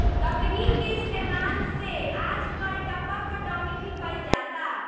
तकनीक के इस्तेमाल से आजकल टपक पटौनी भी कईल जाता